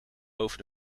over